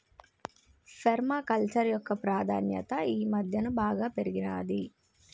పేర్మ culture యొక్క ప్రాధాన్యత ఈ మధ్యన బాగా పెరిగినాది